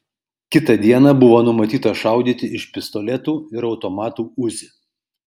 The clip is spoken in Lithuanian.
kitą dieną buvo numatyta šaudyti iš pistoletų ir automatų uzi